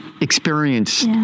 experience